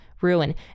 ruin